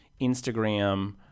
Instagram